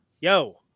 yo